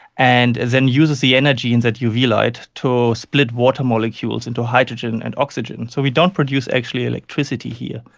and it then uses the energy in that uv light to split water molecules into hydrogen and oxygen. so we don't produce actually electricity here,